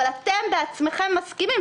אבל אתם בעצמכם מסכימים,